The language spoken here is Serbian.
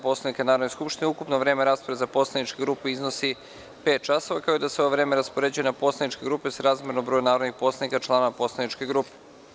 Poslovnika Narodne skupštine, ukupno vreme rasprave za poslaničke grupe iznosi pet časova, kao i da se ovo vreme raspoređuje na poslaničke grupe srazmerno broju narodnih poslanika članova poslaničke grupe.